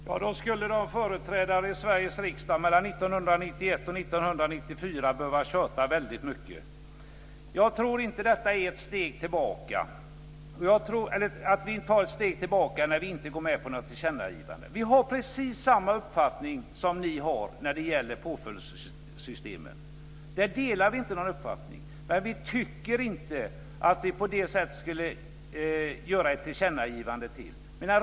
Fru talman! Då skulle företrädare i Sveriges riksdag mellan 1991 och 1994 behöva tjata mycket. Jag tror inte att vi tar ett steg tillbaka när vi inte går med på ett tillkännagivande. Vi har precis samma uppfattning som ni har när det gäller påföljdssystemet. Där delar vi uppfattning. Men vi tycker inte att vi på det sättet ska göra ett tillkännagivande till.